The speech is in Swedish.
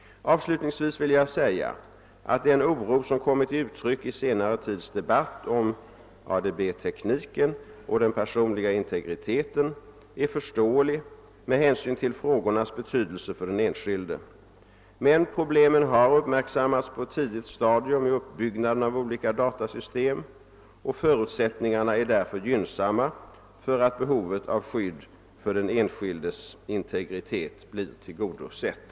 Avslutningsvis vill jag säga att den oro som har kommit till uttryck i senare tids debatt om ADB-tekniken och den personliga integriteten är förståelig med hänsyn till frågornas betydelse för den enskilde. Men problemen har uppmärksammats på ett tidigt stadium i uppbyggnaden av de olika datasystemen. Förutsättningarna är därför gynnsamma för att behovet av skydd för den enskildes integritet blir tillgodosett.